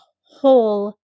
whole